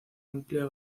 amplia